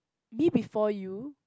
Me Before You